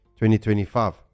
2025